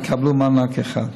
יקבלו מענק אחד.